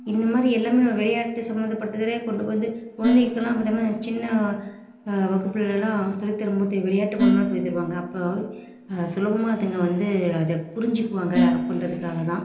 இந்த மாதிரி எல்லாம் நம்ம விளையாட்டு சம்மந்தப்பட்டதுலேயே கொண்டு வந்து கொழந்தைகளுக்கு எல்லாம் பார்த்திங்கன்னா சின்ன வகுப்பிலல்லாம் சொல்லித் தரும்போது விளையாட்டு மூலமாக சொல்லித் தருவாங்க அப்போது சுலபமாக அதுங்க வந்து அதை புரிஞ்சுக்குவாங்க அப்படின்றத்துக்காக தான்